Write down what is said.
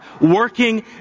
working